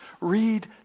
read